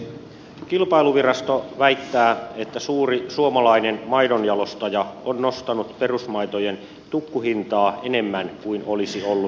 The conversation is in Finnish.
kilpailuvirasto väittää että suuri suomalainen maidonjalostaja on nostanut perusmaitojen tukkuhintaa enemmän kuin olisi ollut tarvetta